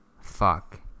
Fuck